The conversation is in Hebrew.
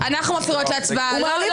רוויזיה על הסתייגויות 4220-4201, מי בעד?